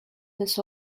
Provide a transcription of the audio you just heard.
this